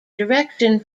direction